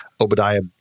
obadiah